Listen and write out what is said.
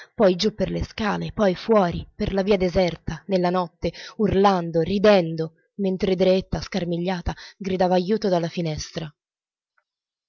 poi giù per le scale e poi fuori per la via deserta nella notte urlando ridendo mentre dreetta scarmigliata gridava ajuto dalla finestra